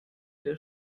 der